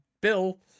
Bill